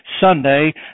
Sunday